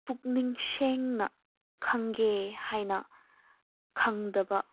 ꯄꯨꯛꯅꯤꯡ ꯁꯦꯡꯅ ꯈꯪꯒꯦ ꯍꯥꯏꯅ ꯈꯪꯗꯕ